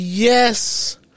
Yes